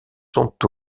sont